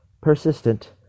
persistent